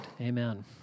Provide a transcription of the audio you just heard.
Amen